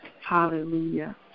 Hallelujah